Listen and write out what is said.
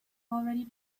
already